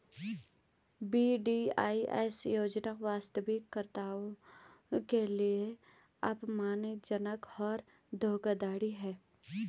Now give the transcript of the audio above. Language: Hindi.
वी.डी.आई.एस योजना वास्तविक करदाताओं के लिए अपमानजनक और धोखाधड़ी है